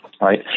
Right